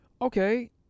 okay